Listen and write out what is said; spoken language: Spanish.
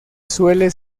suele